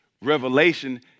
Revelation